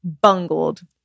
Bungled